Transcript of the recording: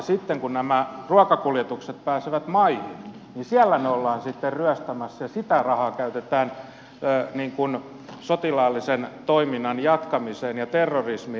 sitten kun nämä ruokakuljetukset pääsevät maihin siellä ne ollaan sitten ryöstämässä ja sitä rahaa käytetään sotilaallisen toiminnan jatkamiseen ja terrorismiin